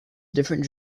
different